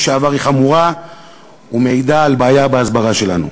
שעבר היא חמורה ומעידה על בעיה בהסברה שלנו.